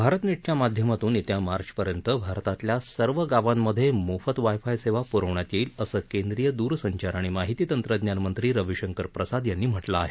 भारतनेट च्या माध्यमातून येत्या मार्चपर्यंत भारतातल्या सर्व गावांमधे मोफत वाय फाय सेवा प्रवण्यात येईल असं केंद्रीय दूरसंचार आणि माहिती तंत्रज्ञान मंत्री रवीशंकर प्रसाद यांनी म्हटलं आहे